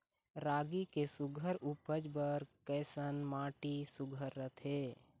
रागी के सुघ्घर उपज बर कैसन माटी सुघ्घर रथे?